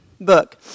book